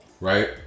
right